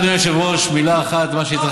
מילה אחת, אדוני, ברשותך.